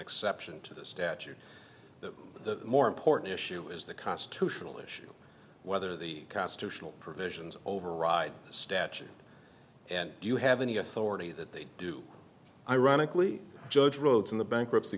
exception to this statute that the more important issue is the constitutional issue whether the constitutional provisions override statute and you have any authority that they do ironically judge rhodes in the bankruptcy